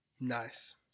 Nice